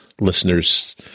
listeners